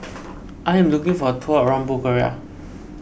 I am looking for a tour around Bulgaria